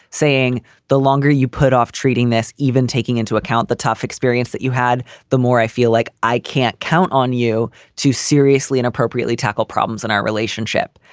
saying the longer you put off treating this, even taking into account the tough experience that you had, the more i feel like i can't count on you to seriously and appropriately tackle problems in our relationship.